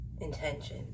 intention